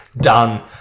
Done